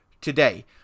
today